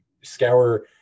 scour